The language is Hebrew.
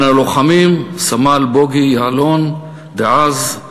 בין הלוחמים סמ"ר בוגי יעלון דאז,